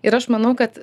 ir aš manau kad